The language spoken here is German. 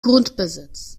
grundbesitz